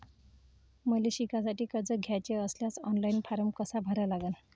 मले शिकासाठी कर्ज घ्याचे असल्यास ऑनलाईन फारम कसा भरा लागन?